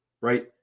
right